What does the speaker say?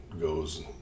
goes